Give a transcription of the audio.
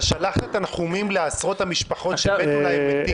אתה שלחת התנחומים לעשרות המשפחות שמתו להם מתים